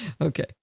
Okay